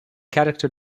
character